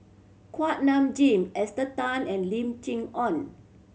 Kuak Nam Jin Esther Tan and Lim Chee Onn